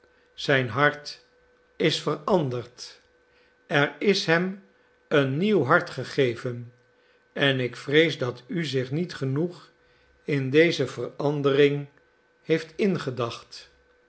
zijn hart is veranderd er is hem een nieuw hart gegeven en ik vrees dat u zich niet genoeg in deze verandering heeft ingedacht